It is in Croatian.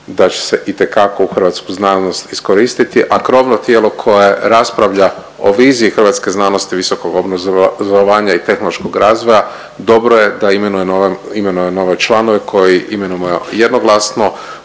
da će se itekako u hrvatsku znanost iskoristiti, a krovno tijelo koje raspravlja o viziji Hrvatske znanosti i visokog obrazovanja i tehnološkog razvoja dobro je da imenuje nove, imenuje nove članove koje imenujemo jednoglasno,